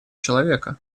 человека